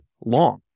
long